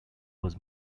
was